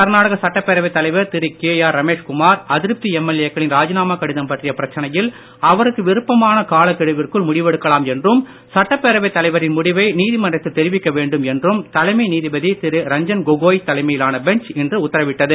கர்நாடக சட்டப்பேரவை தலைவர் திரு கே ஆர் ரமேஷ் குமார் அதிருப்தி எம்எல்ஏக்களின் ராஜினாமா கடிதம் பற்றிய பிரச்சினையில் அவருக்கு விருப்பமான காலக்கெடுவிற்குள் முடிவெடுக்கலாம் என்றும் சட்டப் பேரவைத் தலைவரின் முடிவை நீதிமன்றத்தில் தெரிவிக்க வேண்டும் என்றும் தலைமை நீதிபதி திரு ரஞ்சன் கோகோய் தலைமையிலான பெஞ்ச் இன்று உத்தரவிட்டது